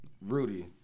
Rudy